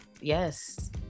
Yes